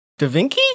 DaVinci